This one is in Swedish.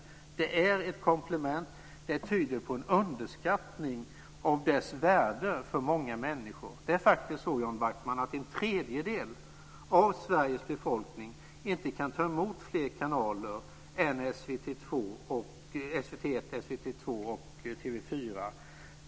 För dem är det ett komplement. Det tyder på en underskattning av dess värde för många människor. Det är faktiskt så, Jan Backman, att en tredjedel av Sveriges befolkning inte kan ta emot fler kanaler än SVT 1, SVT 2 och TV 4.